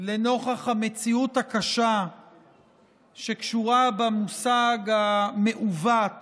לנוכח המציאות הקשה שקשורה במושג המעוות